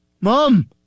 Mom